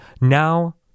Now